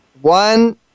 One